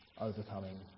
overcoming